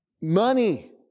money